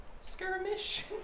skirmish